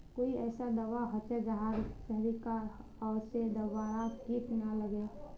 कोई ऐसा दवा होचे जहार छीरकाओ से दोबारा किट ना लगे?